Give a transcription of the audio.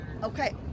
Okay